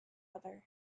other